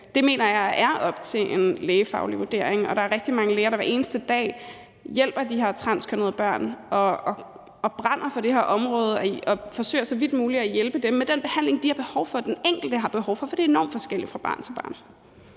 Det mener jeg er op til en lægefaglig vurdering. Der er rigtig mange læger, der hver eneste dag hjælper de her transkønnede børn og brænder for det her område og så vidt muligt forsøger at hjælpe dem med den behandling, som de har behov for – som det enkelte barn har behov for. Det er nemlig enormt forskelligt fra barn til barn.